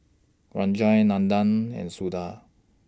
Rajan Nandan and Suda